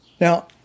Now